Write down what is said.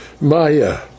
Maya